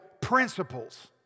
principles